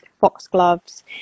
foxgloves